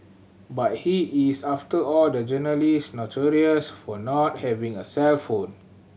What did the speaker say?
but he is after all the journalist notorious for not having a cellphone